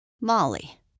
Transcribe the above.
Molly